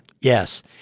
Yes